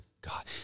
God